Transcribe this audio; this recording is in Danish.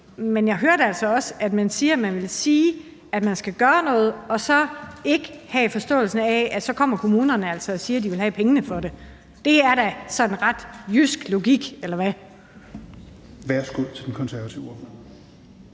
men jeg hørte altså også, at man sagde, at man ville sige, at der skulle gøres noget, og så har man ikke en forståelse for, at kommunerne så kommer og siger, at de vil have pengene til det. Det er da sådan ret jysk logik – eller hvad?